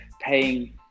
paying